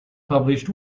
published